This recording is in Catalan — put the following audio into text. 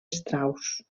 strauss